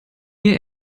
mir